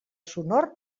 sonor